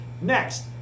Next